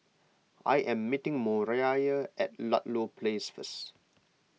I am meeting Moriah at Ludlow Place first